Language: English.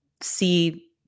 see